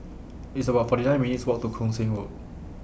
It's about forty nine minutes' Walk to Koon Seng Road